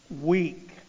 Weak